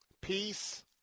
Peace